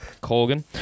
Colgan